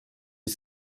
die